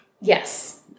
Yes